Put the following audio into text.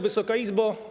Wysoka Izbo!